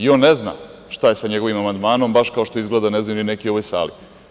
On ne zna šta je sa njegovim amandmanom, baš kao što izgleda ne znaju ni neki u ovoj sali.